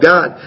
God